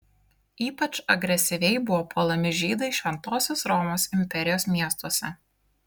ypač agresyviai buvo puolami žydai šventosios romos imperijos miestuose